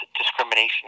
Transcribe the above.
discrimination